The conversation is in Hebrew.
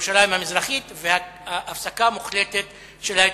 ירושלים המזרחית, והפסקה מוחלטת של ההתנחלויות.